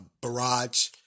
barrage